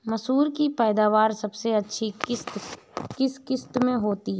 मसूर की पैदावार सबसे अधिक किस किश्त में होती है?